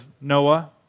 Noah